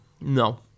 No